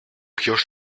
ποιος